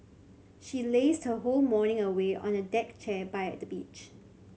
she lazed her whole morning away on a deck chair by the beach